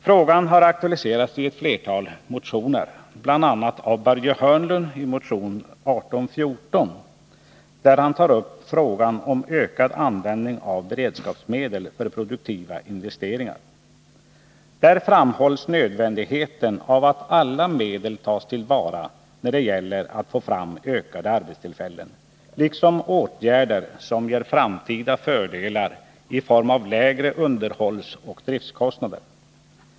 Frågan har aktualiserats i flera motioner, bl.a. av Börje Hörnlund i motion 1814, där han tar upp frågan om ökad användning av beredskapsmedel för produktiva investeringar. Där framhålls nödvändigheten av att alla medel tas till vara när det gäller att få fram ökade arbetstillfällen, liksom att åtgärder vidtas som ger framtida fördelar i form av lägre underhållsoch driftkostnader.